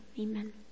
amen